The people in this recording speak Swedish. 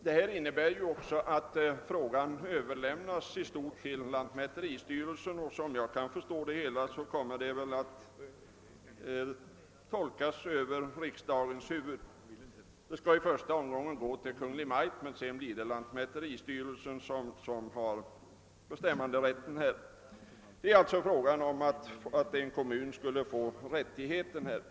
Detta innebär också att frågan i stort sett överlämnas till lantmäteristyrelsen, och — såvitt jag förstår — kommer tolkningen att ske över riksdagens huvud. I första omgången skall ärendet gå till Kungl. Maj:t, men sedan har lantmäteristyrelsen bestämmanderätten. Det gäller alltså att en kommun skulle få rättighet härvidlag.